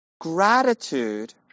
Gratitude